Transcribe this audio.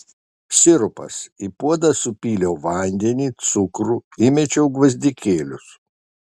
sirupas į puodą supyliau vandenį cukrų įmečiau gvazdikėlius